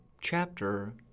chapter